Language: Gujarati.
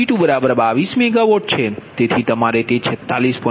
તેથી તમારે તે 46